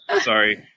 Sorry